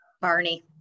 Barney